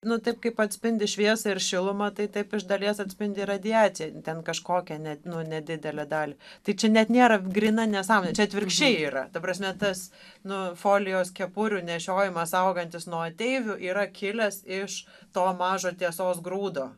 nu taip kaip atspindi šviesą ir šilumą tai taip iš dalies atspindi ir radiaciją ten kažkokią ne nedidelę dalį tai čia net nėra gryna nesąmonė čia atvirkščiai yra ta prasme tas nu folijos kepurių nešiojimas saugantis nuo ateivių yra kilęs iš to mažo tiesos grūdo